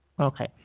Okay